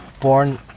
born